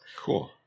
Cool